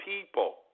people